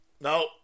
no